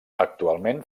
actualment